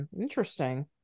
interesting